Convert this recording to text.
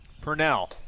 Purnell